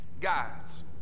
guys